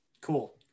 Cool